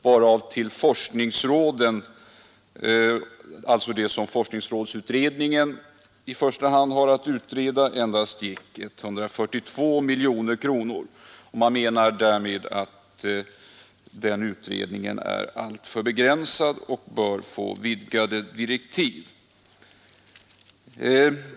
Motsvarande budgetår uppgår anslagen till forskningsråden till drygt 142 miljoner kronor. Man menar att det visar att forskningssrådsutredningen är alltför begränsad och bör få vidgade direktiv.